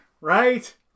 right